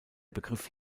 begriff